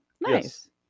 Nice